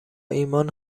ایمان